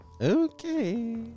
Okay